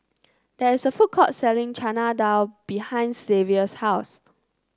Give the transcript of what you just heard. there is a food court selling Chana Dal behind Xavier's house